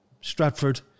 Stratford